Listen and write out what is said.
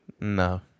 No